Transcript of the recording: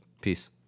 Peace